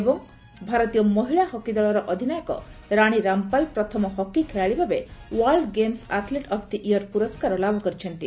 ଏବଂ ଭାରତୀୟ ମହିଳା ହକି ଦଳର ଅଧିନାୟକ ରାଣୀ ରାମପାଲ ପ୍ରଥମ ହକି ଖେଳାଳି ଭାବେ World Games athlete of the year ପୁରସ୍କାର ଲାଭ କରିଛନ୍ତି